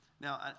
now